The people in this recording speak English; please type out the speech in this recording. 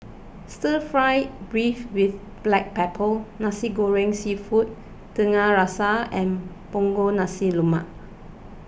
Stir Fry Beef with Black Pepper Nasi Goreng Seafood Tiga Rasa and Punggol Nasi Lemak